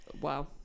Wow